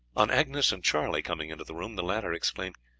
on agnes and charlie coming into the room, the latter exclaimed,